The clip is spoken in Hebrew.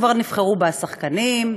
כבר נבחרו בה השחקנים,